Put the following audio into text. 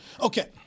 Okay